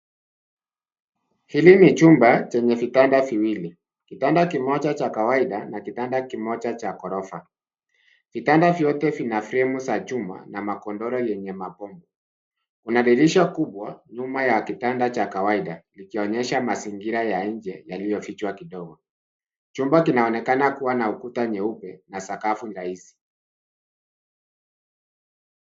Hili ni chumba chenye vitanda viwili. Kitanda kimoja cha kawaida na kitanda kimoja cha ghorofa. Vitanda vyote vina fremu za chuma na makondole lenye mabomba. Kuna dirisha kubwa nyuma ya kitanda cha kawaida likionyesha mazingira ya nje yaliyofichwa kidogo. Chumba kinaonekana kuwa na ukuta nyeupe na sakafu ndaizi.